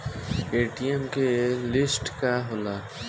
ATM की limit का होला?